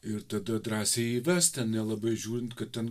ir tada drąsiai įvest ten nelabai žiūrint kad ten